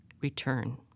return